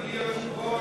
אדוני היושב-ראש,